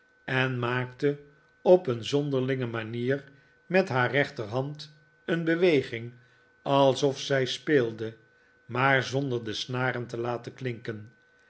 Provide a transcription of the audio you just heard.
en maakte op een zonderlinge manier met haar rechterhand een beweging alsof zij speelde maar zonder de snaren te laten klinken